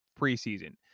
preseason